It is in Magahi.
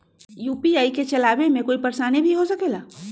यू.पी.आई के चलावे मे कोई परेशानी भी हो सकेला?